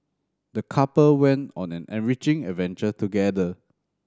the couple went on an enriching adventure together